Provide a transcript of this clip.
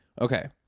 Okay